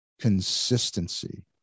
consistency